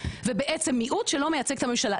ובעצם מיעוט שלא מייצג את הממשלה,